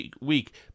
week